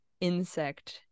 insect